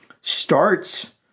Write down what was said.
starts